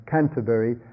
Canterbury